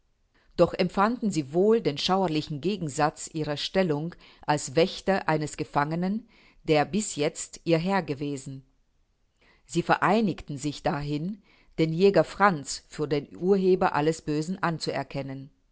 doch empfanden sie wohl den schauerlichen gegensatz ihrer stellung als wächter eines gefangenen der bisjetzt ihr herr gewesen sie vereinigten sich dahin den jäger franz für den urheber alles bösen anzuerkennen